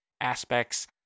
aspects